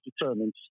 determined